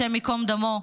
השם ייקום דמו,